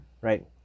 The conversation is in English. Right